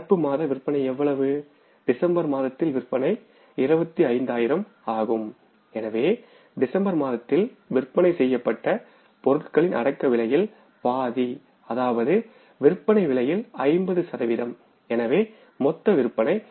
நடப்பு மாத விற்பனை எவ்வளவு டிசம்பர் மாதத்தில் விற்பனை 25000 ஆகும் எனவே டிசம்பர் மாதத்தில் விற்பனை செய்யப்பட்ட பொருட்களின் அடக்கவிலையில் பாதிஅதாவது விற்பனை விலையில் 50 சதவீதம்எனவே மொத்த விற்பனை 25